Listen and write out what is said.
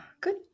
Good